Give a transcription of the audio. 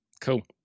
Cool